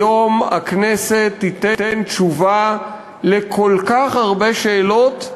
היום הכנסת תיתן תשובה על כל כך הרבה שאלות,